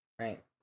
right